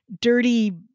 dirty